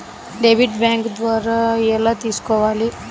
Debit bank ద్వారా ఎలా తీసుకోవాలి?